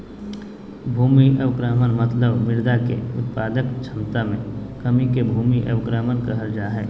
भूमि अवक्रमण मतलब मृदा के उत्पादक क्षमता मे कमी के भूमि अवक्रमण कहल जा हई